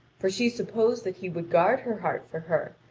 for she supposed that he would guard her heart for her,